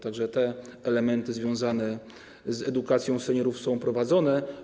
Tak że te elementy związane z edukacją seniorów są prowadzone.